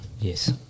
yes